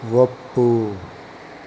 ಒಪ್ಪು